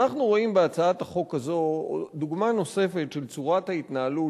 אנחנו רואים בהצעת החוק הזאת דוגמה נוספת של צורת ההתנהלות